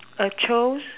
a chose